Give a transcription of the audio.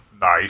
nice